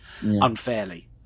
Unfairly